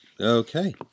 Okay